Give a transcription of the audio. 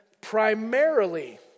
primarily